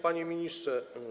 Panie Ministrze!